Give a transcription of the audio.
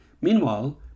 Meanwhile